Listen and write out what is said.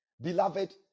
Beloved